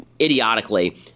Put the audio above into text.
idiotically